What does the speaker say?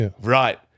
Right